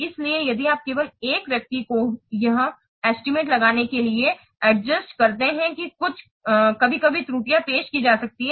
इसलिए यदि आप केवल एक व्यक्ति को यह एस्टीमेट लगाने के लिए अडजस्टेड करते हैं कि कुछ कभी कभी त्रुटियां पेश की जा सकती हैं